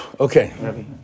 Okay